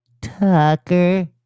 Tucker